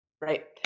Right